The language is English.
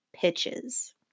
pitches